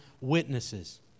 witnesses